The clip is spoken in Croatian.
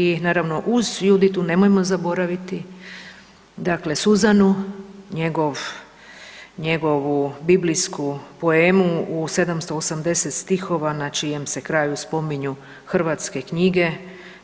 I naravno uz „Juditu“ nemojmo zaboraviti „Suzanu“ njegovu biblijsku poemu u 780 stihova na čijem se kraju spominju hrvatske knjige,